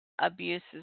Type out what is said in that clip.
abuses